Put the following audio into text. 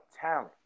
talent